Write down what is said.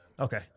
Okay